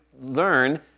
Learn